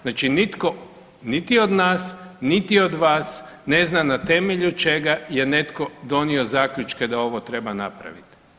Znači nitko niti od nas niti od vas ne zna na temelju čega je netko donio zaključke da ovo treba napraviti.